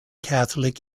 catholic